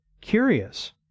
curious